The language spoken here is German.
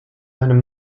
einem